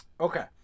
okay